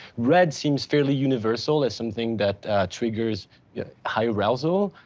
red seems fairly universal as something that triggers yeah high arousal,